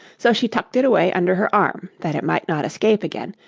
so she tucked it away under her arm, that it might not escape again,